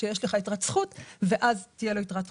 שיש לך יתרת זכות ואז תהיה לו יתרת חוב.